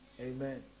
Amen